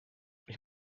ich